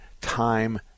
time